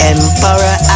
Emperor